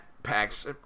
packs